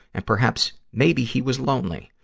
and perhaps maybe he was lonely.